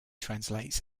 translates